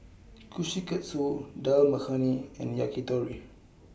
Kushikatsu Dal Makhani and Yakitori